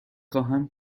خواهم